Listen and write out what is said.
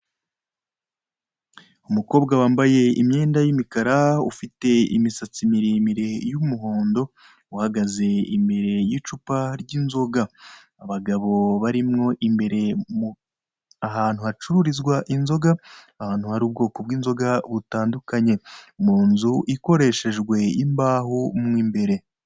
Umukobwa wambaye imyenda y'imikara ufite imisatsi miremire y'umuhondo, uhagaze imbere y'icupa ry'inzoga, abagabo barimo imbere ahantu hacururizwa inzoga, ahantu hari ubwoko bw'inzoga butandukanye, mu nzu ikoreshejwe imbaho mo imbere.